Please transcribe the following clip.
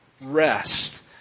rest